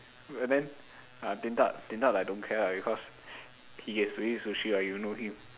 and then uh Din-Tat Din-Tat like don't care lah because he gets to eat sushi ah if you know him